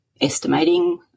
estimating